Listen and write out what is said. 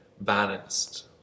balanced